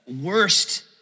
worst